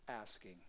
asking